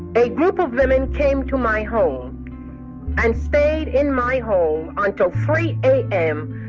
a group of women came to my home and stayed in my home until three a m.